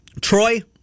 Troy